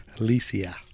Alicia